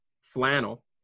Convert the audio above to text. flannel